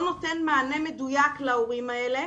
לא נותן מענה מדויק להורים האלה,